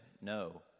No